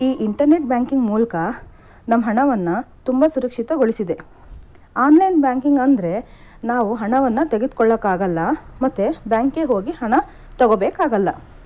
ಈ internet banking ಮೂಲಕ ನಮ್ಮ ಹಣವನ್ನು ತುಂಬ ಸುರಕ್ಷಿತಗೊಳಿಸಿದೆ ಆನ್ಲೈನ್ ಬ್ಯಾಂಕಿಂಗ್ ಅಂದರೆ ನಾವು ಹಣವನ್ನು ತೆಗೆದುಕೊಳ್ಳೋಕ್ಕಾಗಲ್ಲ ಮತ್ತು ಬ್ಯಾಂಕ್ಗೆ ಹೋಗಿ ಹಣ ತೊಗೋಬೇಕು ಆಗೋಲ್ಲ